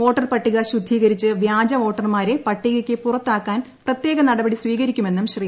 വോട്ടർപട്ടിക ശുഭ്യൂീകരിച്ച് വ്യാജ വോട്ടർമാരെ പട്ടികയ്ക്ക് പുറത്താക്കാൻ പ്രത്യേക പ്രിട്ടീട് സ്വീകരിക്കുമെന്നും ശ്രീ